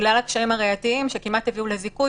בגלל הקשיים הראייתיים שכמעט הביאו לזיכוי